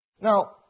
Now